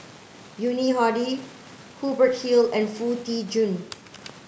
Yuni Hadi Hubert Hill and Foo Tee Jun